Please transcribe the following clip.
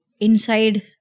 inside